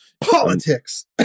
Politics